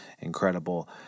incredible